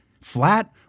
Flat